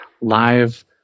live